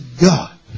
God